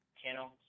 channel